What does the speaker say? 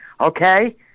Okay